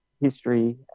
history